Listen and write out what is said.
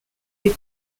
des